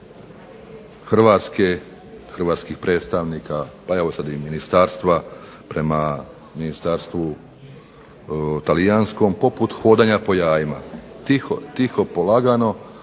Hrvatske, hrvatskih predstavnika pa evo sad i ministarstva prema ministarstvu talijanskom poput hodanja po jajima. Tiho, tiho polagano,